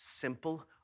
simple